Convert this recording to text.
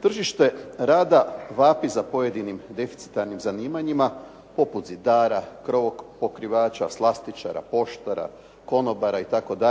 Tržište rada vapi za pojedinim deficitarnim zanimanjima poput zidara, krovopokrivača, slastičara, poštara, konobara itd.,